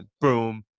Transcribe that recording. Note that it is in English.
Boom